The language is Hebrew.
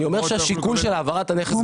אני אומר שהשיקול של העברת הנכס --- הוא